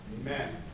amen